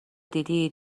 دیدی